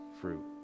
fruit